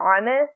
honest